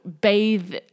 bathe